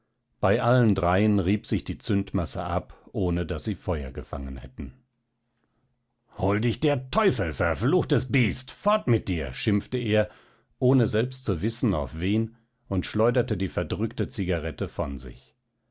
bei allen dreien rieb sich die zündmasse ab ohne daß sie feuer gefangen hätten hol dich der teufel verfluchtes biest fort mit dir schimpfte er ohne selbst zu wissen auf wen und schleuderte die verdrückte zigarette von sich